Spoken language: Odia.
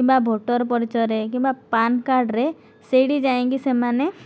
କିମ୍ବା ଭୋଟର ପରିଚୟରେ କିମ୍ବା ପାନ କାର୍ଡ଼ରେ ସେଇଠି ଯାଇକି ସେମାନେ